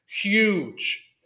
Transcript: huge